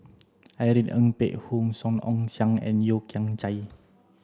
Irene Ng Phek Hoong Song Ong Siang and Yeo Kian Chai